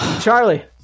Charlie